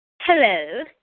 Hello